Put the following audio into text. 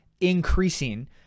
increasing